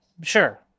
sure